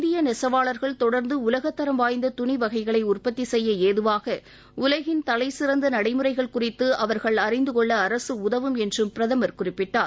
இந்திய நெசவாளர்கள் தொடர்ந்து உலகத்தரம் வாய்ந்த துணி வகைகளை உற்பத்தி செய்ய ஏதுவாக உலகின் தலைசிறந்த நடைமுறைகள் குறித்து அவர்கள் அறிந்து கொள்ள அரசு உதவும் என்றும் பிரதமர் குறிப்பிட்டார்